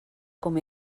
com